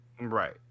right